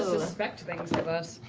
suspect things of us.